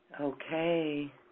Okay